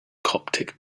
coptic